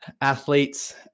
athletes